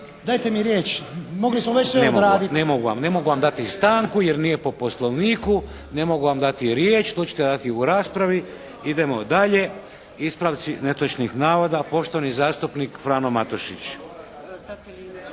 Dajte mi riječ. Mogli smo već sve odraditi. **Šeks, Vladimir (HDZ)** Ne mogu vam dati stanku, jer nije po Poslovniku. Ne mogu vam dati riječ. To ćete dati u raspravi. Idemo dalje. Ispravci netočnih navoda poštovani zastupnik Frano Matušić.